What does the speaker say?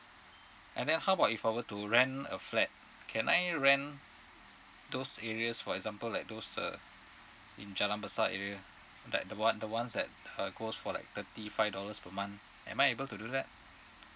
and then how about if I were to rent a flat can I rent those areas for example like those uh in jalan besar area like the [one] the ones that uh goes for like thirty five dollars per month am I able to do that